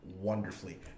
wonderfully